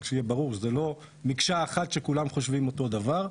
רק שיהיה ברור שזה לא מקשה אחת שכולם חושבים אותו דבר.